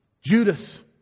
Judas